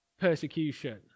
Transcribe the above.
persecution